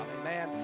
Amen